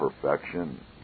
perfection